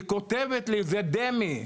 היא כותבת לי, זה דמי.